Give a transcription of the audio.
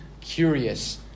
curious